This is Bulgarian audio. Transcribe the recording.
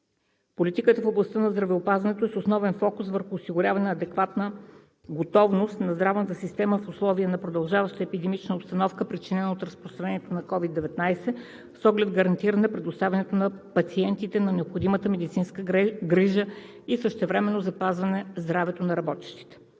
Политиката в областта на здравеопазването е с основен фокус върху осигуряването на адекватна готовност на здравната система в условията на продължаваща епидемична обстановка, причинена от разпространението на COVID-19, с оглед гарантиране предоставянето на пациентите на необходимата медицинска грижа, и същевременно се предпази здравето на работещите.